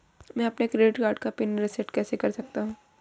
मैं अपने credit card का पिन रिसेट कैसे कर सकता हूँ?